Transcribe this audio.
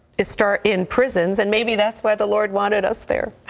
its start in prisons and maybe that's where the lord wanted us there at.